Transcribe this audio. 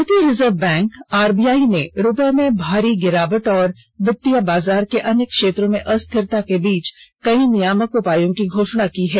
भारतीय reserve bank RBI ने रुपये में भारी गिरावट और वित्तीय बाजार के अन्य क्षेत्रों में अस्थिरता के बीच कई नियामक उपायों की घोषणा की है